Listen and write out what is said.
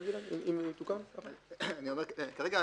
כרגע,